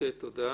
תודה.